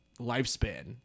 lifespan